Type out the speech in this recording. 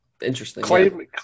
Interesting